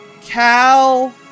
Cal